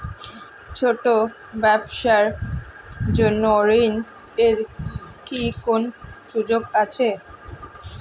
ছোট ব্যবসার জন্য ঋণ এর কি কোন সুযোগ আছে?